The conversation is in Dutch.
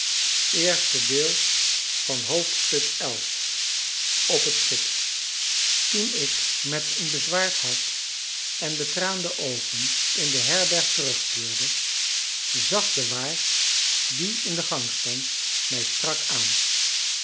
xi op het schip toen ik met een bezwaard hart en betraande oogen in de herberg terugkeerde zag de waard die in de gang stond mij strak aan